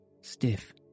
stiff